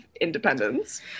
independence